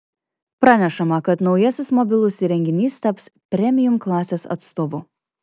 pranešama kad naujasis mobilus įrenginys taps premium klasės atstovu